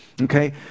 Okay